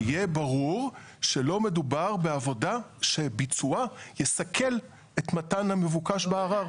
שיהיה ברור שלא מדובר בעבודה שביצועה יסכל את מתן המבוקש בערר.